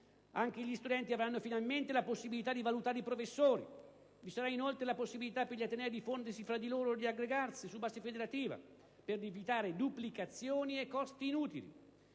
Anche gli studenti avranno finalmente la possibilità di valutare i professori. Vi sarà, inoltre, la possibilità per gli atenei di fondersi tra loro o aggregarsi su base federativa, per evitare duplicazioni e costi inutili.